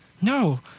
No